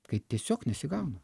kai tiesiog nesigauna